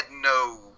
no